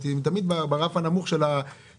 כי הן תמיד ברף הנמוך של המשכורות,